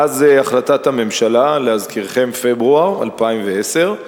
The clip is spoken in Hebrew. מאז החלטת הממשלה, להזכירכם: פברואר 2010,